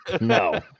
No